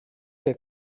que